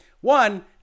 One